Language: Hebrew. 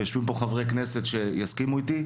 ויושבים פה חברי כנסת שיסכימו איתי,